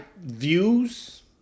views